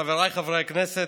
חבריי חברי הכנסת,